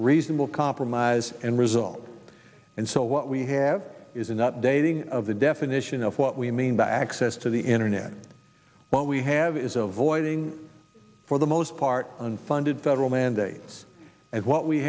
reasonable compromise and result and so what we have is an updating of the definition of what we mean by access to the internet what we have is a void for the most part unfunded federal mandates and what we